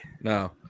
No